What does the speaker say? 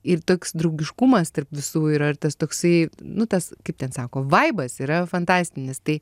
ir toks draugiškumas tarp visų yra ir tas toksai nu tas kaip ten sako vaibas yra fantastinis tai